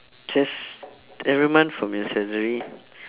just every month from your salary